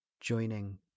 Joining